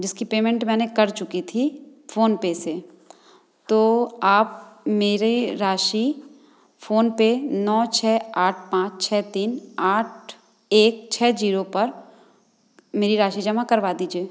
जिसकी पेमेंट मैंने कर चुकी थी फोनपे से तो आप मेरे राशि फोनपे नौ छः आठ पाँच छः तीन आठ एक छः जीरो पर मेरी राशि जमा करवा दीजिए